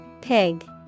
Pig